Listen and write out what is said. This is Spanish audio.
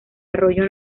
arroyo